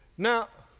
now,